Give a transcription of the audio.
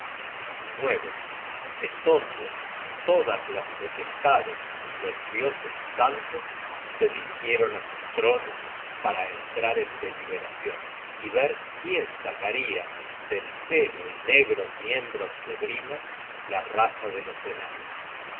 joetenhem entonces todas las potestades los dioses santos se dirigieron á sus tronos para entrar en deliberacion y ver quién sacaria del seno y negros miembros de brimer la raza de los enanos